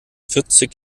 vierzig